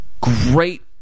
Great